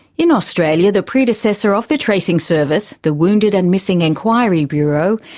in australia the predecessor of the tracing service, the wounded and missing enquiry bureau,